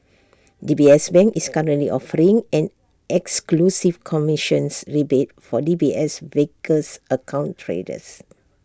D B S bank is currently offering an exclusive commissions rebate for D B S Vickers account traders